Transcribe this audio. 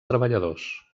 treballadors